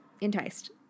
Enticed